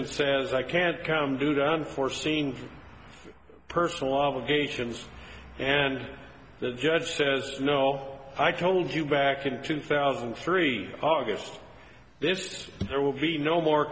and says i can't come due to unforeseen personal obligations and the judge says i told you back in two thousand and three august this there will be no more